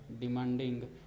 demanding